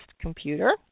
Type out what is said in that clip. computer